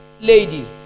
lady